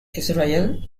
israel